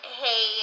hey